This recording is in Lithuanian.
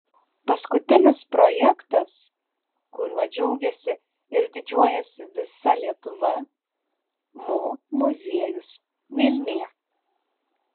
paskutinis projektas kuriuo džiaugiasi ir didžiuojasi visa lietuva mo muziejus vilniuje